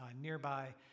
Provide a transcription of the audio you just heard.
nearby